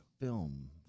film